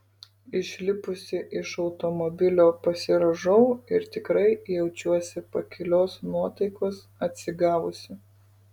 išlipusi iš automobilio pasirąžau ir tikrai jaučiuosi pakilios nuotaikos atsigavusi